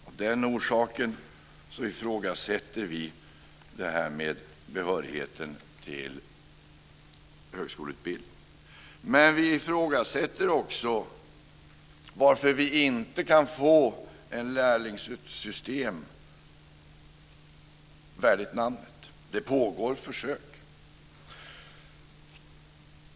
Av den orsaken ifrågasätter vi detta med behörigheten till högskoleutbildning. Men vi ifrågasätter också varför vi inte kan få ett lärlingssystem värdigt namnet. Det pågår ju försök.